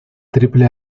triple